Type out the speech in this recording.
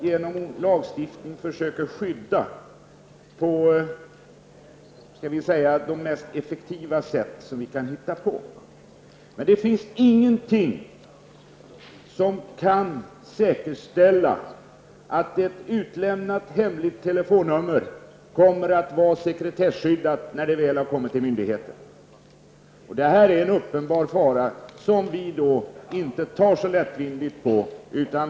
Genom lagstiftning försöker vi skydda dessa kvinnor på de mest effektiva sätt som vi kan hitta på. Det finns ingenting som kan säkerställa att ett utlämnat hemligt telefonnummer kommer att vara sekretesskyddat när det väl har kommit till myndighetens kännedom. Detta är en uppenbar fara, som vi inte tar så lättvindigt på.